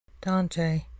Dante